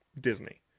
Disney